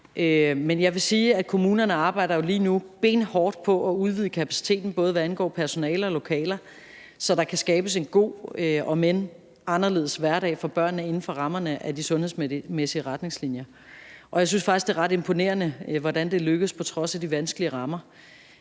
Men jeg vil sige, at kommunerne jo lige nu arbejder benhårdt på at udvide kapaciteten, både hvad angår personale og lokaler, så der kan skabes en god om end anderledes hverdag for børnene inden for rammerne af de sundhedsmæssige retningslinjer. Jeg synes faktisk, det er ret imponerende, hvordan det er lykkedes på trods af de vanskelige rammer.